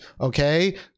okay